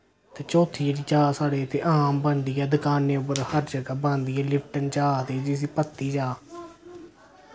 ते चौथी जेह्ड़ी चा साढ़े इत्थै हां बनदी ऐ दुकानें उप्पर हर जगह बनदी ऐ लिफ्टन चाह् आखदे जिसी पत्ती चाह्